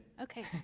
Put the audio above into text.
Okay